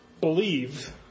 believe